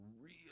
real